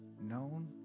known